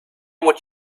what